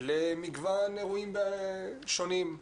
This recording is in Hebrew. למגוון אירועים שונים.